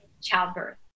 childbirth